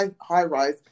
high-rise